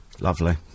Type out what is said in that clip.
Lovely